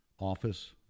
office